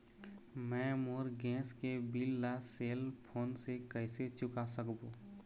मैं मोर गैस के बिल ला सेल फोन से कइसे चुका सकबो?